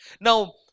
Now